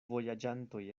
vojaĝantoj